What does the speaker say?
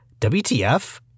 WTF